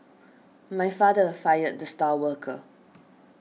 my father fired the star worker